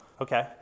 Okay